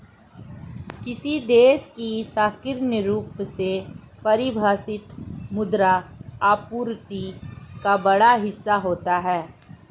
किसी देश की संकीर्ण रूप से परिभाषित मुद्रा आपूर्ति का बड़ा हिस्सा होता है